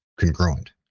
congruent